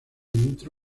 entre